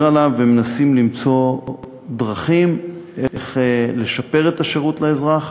עליו ומנסים למצוא דרכים לשפר את השירות לאזרח.